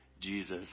Jesus